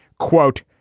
quote,